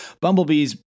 Bumblebee's